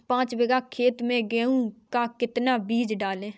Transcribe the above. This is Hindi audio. पाँच बीघा खेत में गेहूँ का कितना बीज डालें?